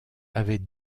avait